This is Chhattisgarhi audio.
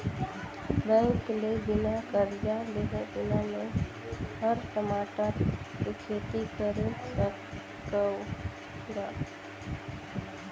बेंक ले बिना करजा लेहे बिना में हर टमाटर के खेती करे सकहुँ गा